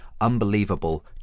unbelievable